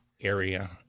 area